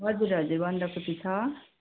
हजुर हजुर बन्दकोपी छ